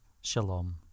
shalom